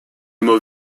mot